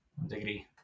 degree